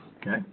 Okay